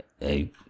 Hey